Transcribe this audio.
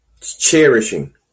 cherishing